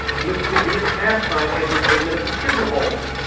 lascivious halftime entertainment at the super bowl,